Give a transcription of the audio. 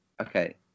okay